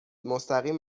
مستقیم